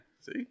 See